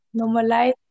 Normalize